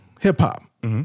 hip-hop